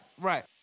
right